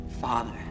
Father